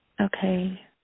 okay